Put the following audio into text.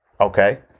Okay